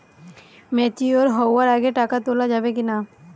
Mature হওয়ার আগে টাকা তোলা যাবে কিনা?